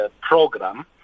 program